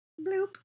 Bloop